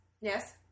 Yes